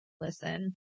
Listen